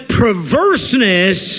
perverseness